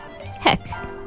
heck